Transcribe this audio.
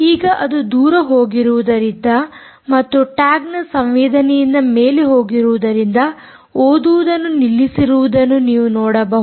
ಈಗ ಅದು ದೂರ ಹೋಗಿರುವುದರಿಂದ ಮತ್ತು ಟ್ಯಾಗ್ನ ಸಂವೇದನೆಯಿಂದ ಮೇಲೆ ಹೋಗಿರುವುದರಿಂದ ಓದುವುದನ್ನು ನಿಲ್ಲಿಸಿರುವುದನ್ನು ನೀವು ನೋಡಬಹುದು